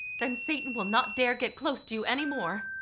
then satan will not dare get close to you anymore.